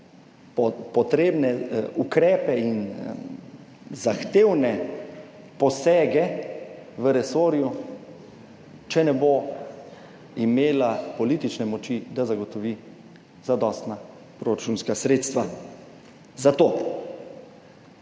potrebne ukrepe in zahtevne posege v resorju, če ne bo imela politične moči, da zagotovi zadostna proračunska sredstva za to.